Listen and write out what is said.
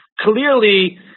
clearly